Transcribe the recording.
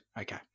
Okay